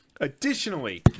Additionally